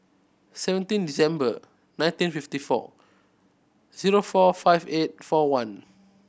seventeen December nineteen fifty four zero four five eight four one